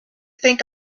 think